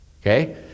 okay